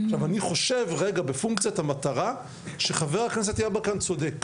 אני חושב רגע בפונקציית המטרה שחבר הכנסת יברקן צודק,